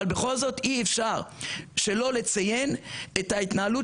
אבל בכל זאת אי אפשר שלא לציין את ההתנהלות